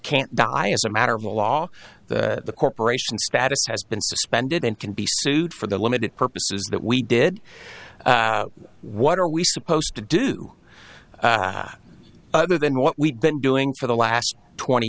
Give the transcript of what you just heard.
can't die as a matter of law the corporation status has been suspended and can be sued for the limited purposes that we did what are we supposed to do other than what we've been doing for the last twenty